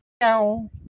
No